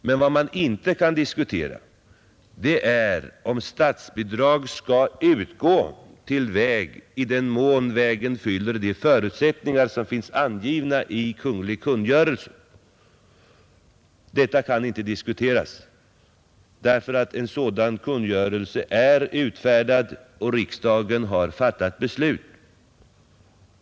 Men vad man inte kan diskutera är om statsbidrag skall utgå till väg i den mån vägen fyller de förutsättningar som finns angivna i en kungl. kungörelse. En sådan kungörelse är nämligen utfärdad sedan riksdagen fattat beslut i ärendet.